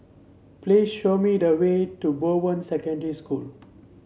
please show me the way to Bowen Secondary School